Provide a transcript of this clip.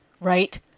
Right